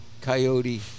coyote